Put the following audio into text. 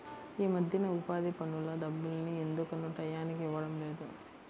యీ మద్దెన ఉపాధి పనుల డబ్బుల్ని ఎందుకనో టైయ్యానికి ఇవ్వడం లేదు